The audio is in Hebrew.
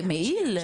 מעיל?